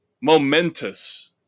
momentous